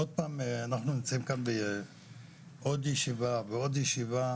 עוד פעם אנחנו יוצאים כאן בעוד ישיבה ועוד ישיבה